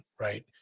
right